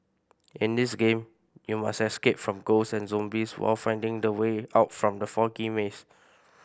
in this game you must escape from ghosts and zombies while finding the way out from the foggy maze